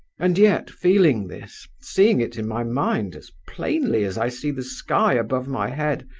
and yet, feeling this, seeing it in my mind as plainly as i see the sky above my head,